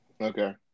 Okay